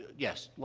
yes,